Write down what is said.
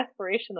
aspirational